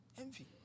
Envy